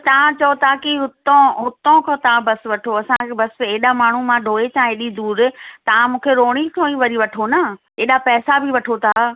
तव्हां चओ था की हुतो हुतो खो तव्हां बस वठो असांखे बस एॾा माण्हू मां ढोए छा एॾी दूरि तव्हां मूंखे रोहिणी खो ई वरी वठो न एॾा पैसा बि वठो था